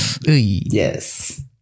Yes